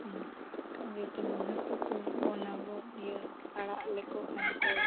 ᱚᱱᱠᱟᱜᱮ ᱛᱮᱢᱚᱱ ᱦᱟᱹᱠᱩ ᱠᱚ ᱵᱚᱱ ᱟᱵᱚ ᱤᱭᱟᱹ ᱟᱲᱟᱜ ᱞᱮᱠᱚ ᱠᱷᱟᱱ ᱠᱚ